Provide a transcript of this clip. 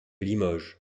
limoges